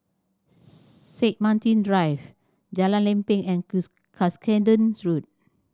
Saint Martin Drive Jalan Lempeng and Cuscaden Road